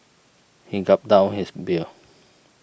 he gulped down his beer